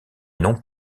non